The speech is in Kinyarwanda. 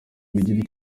bigire